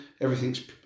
Everything's